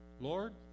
Lord